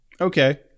Okay